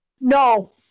No